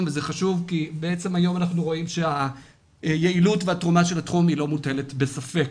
וזה חשוב כי היום אנחנו רואים שהיעילות והתרומה של התחום לא מוטלת בספק.